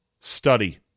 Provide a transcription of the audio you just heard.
Study